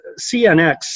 CNX